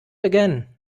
again